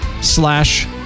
slash